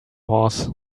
horse